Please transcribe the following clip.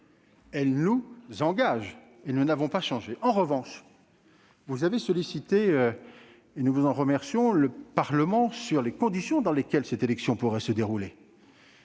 texte nous engage, et nous n'avons pas changé. En revanche, vous avez sollicité le Parlement, et nous vous en remercions, sur les conditions dans lesquelles cette élection pourrait se dérouler.